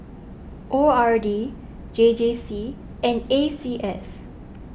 O R D J J C and A C S